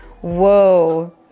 Whoa